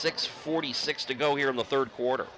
six forty six to go here in the third quarter